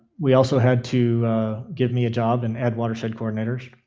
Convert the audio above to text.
we also had to give me a job and add watershed coordinators.